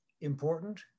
important